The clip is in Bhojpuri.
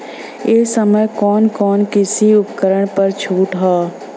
ए समय कवन कवन कृषि उपकरण पर छूट ह?